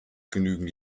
genügend